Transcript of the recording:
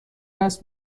است